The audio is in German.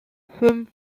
fünf